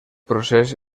procés